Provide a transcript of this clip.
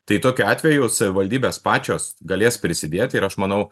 tai tokiu atveju savivaldybės pačios galės prisidėti ir aš manau